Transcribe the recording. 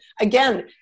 again